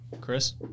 Chris